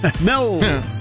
no